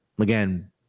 again